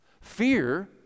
Fear